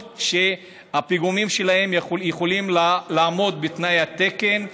הפיגומים שלהם יכולים לעמוד בתנאי התקן,